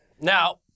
Now